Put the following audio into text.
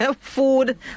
food